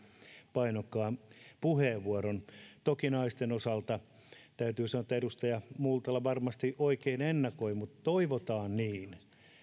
painokkaan puheenvuoron toki naisten osalta täytyy sanoa että edustaja multala varmasti oikein ennakoi mutta toivotaan niin